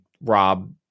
Rob